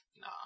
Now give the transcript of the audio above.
Nah